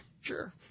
Sure